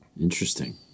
Interesting